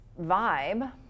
vibe